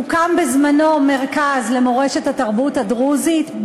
הוקם בזמנו מרכז למורשת התרבות הדרוזית,